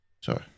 Sorry